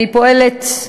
אני פועלת,